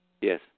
Yes